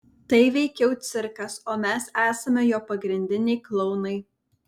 tai veikiau cirkas o mes esame jo pagrindiniai klounai